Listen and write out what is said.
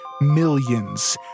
millions